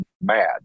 mad